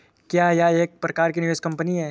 क्या यह एक प्रकार की निवेश कंपनी है?